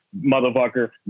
motherfucker